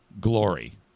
glory